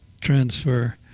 transfer